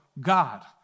God